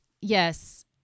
yes